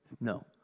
No